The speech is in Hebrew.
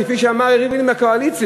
כפי שאמר יריב לוין מהקואליציה.